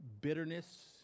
bitterness